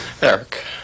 Eric